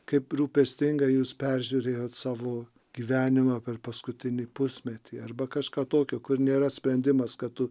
kaip rūpestingai jūs peržiūrėjot savo gyvenimą per paskutinį pusmetį arba kažką tokio kur nėra sprendimas kad tu